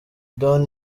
don